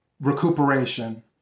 recuperation